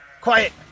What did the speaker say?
quiet